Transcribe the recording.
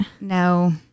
No